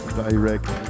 direct